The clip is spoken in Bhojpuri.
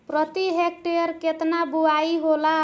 प्रति हेक्टेयर केतना बुआई होला?